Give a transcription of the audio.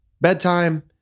Bedtime